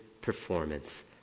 performance